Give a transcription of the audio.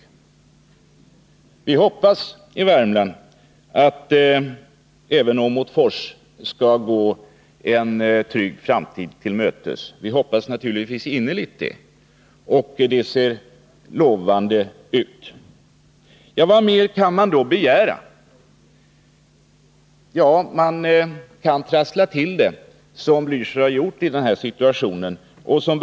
I Värmland hoppas vi naturligtvis innerligt att även Åmotfors skall gå en trygg framtid till mötes— och det ser lovande ut. Vad mer kan man då begära? Ja, man kan trassla till det på det sätt som Raul Blächer här har gjort.